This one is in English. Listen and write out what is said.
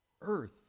Earth